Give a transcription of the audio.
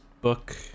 book